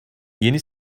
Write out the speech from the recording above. yeni